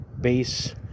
base